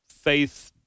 faith